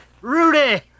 Rudy